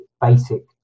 basic